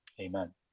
amen